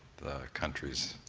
the country's